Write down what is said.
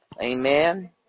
amen